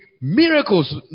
miracles